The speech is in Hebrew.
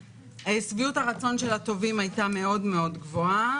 שביעות הרצון של התובעים הייתה מאוד מאוד גבוהה,